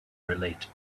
relate